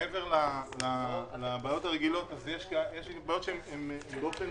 מעבר לבעיות הרגילות יש מגבלות שבאופן